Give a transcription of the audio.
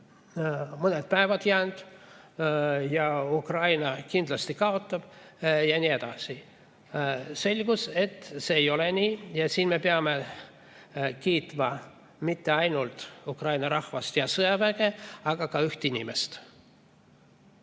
mõned päevad jäänud ja Ukraina kindlasti kaotab ja nii edasi. Selgus, et see ei ole nii. Ja siin me peame kiitma mitte ainult Ukraina rahvast ja sõjaväge, vaid ka üht inimest.